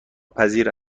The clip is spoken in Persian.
پذیر